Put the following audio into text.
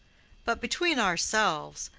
but, between ourselves,